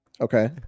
Okay